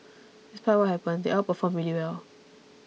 despite what happened they all performed really well